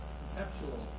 conceptual